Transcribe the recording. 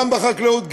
גם בחקלאות,